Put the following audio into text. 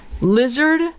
lizard